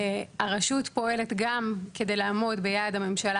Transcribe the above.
הרשות פועלת גם כדי לעמוד ביעד הממשלה